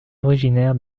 originaire